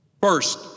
First